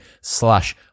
slash